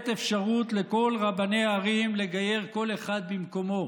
אפשרות לכל רבני הערים לגייר כל אחד במקומו